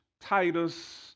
Titus